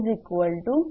934572